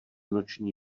noční